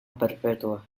perpetua